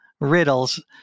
riddles